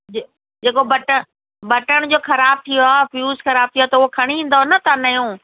ज जे को बटण बटण जो ख़राब थी वियो आहे फ़्यूज़ ख़राब थी वियो आहे त उ खणी ईंदा न तव्हां नयों